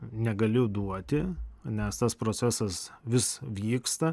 negaliu duoti nes tas procesas vis vyksta